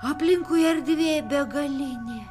aplinkui erdvė begalinė